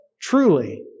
truly